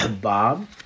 Bob